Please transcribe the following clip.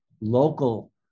local